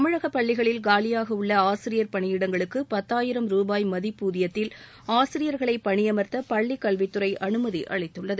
தமிழக பள்ளிகளில் காலியாக உள்ள ஆசிரியர் பணியிடங்களுக்கு பத்தாயிரம் ருபாய் மதிப்பூதியத்தில் ஆசிரியர்களை பணியமர்த்த பள்ளிக்கல்வித்துறை அனுமதி அளித்துள்ளது